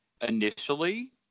initially